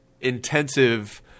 intensive